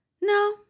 No